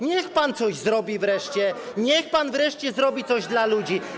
Niech pan coś zrobi wreszcie, niech pan wreszcie zrobi coś dla ludzi.